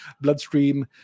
bloodstream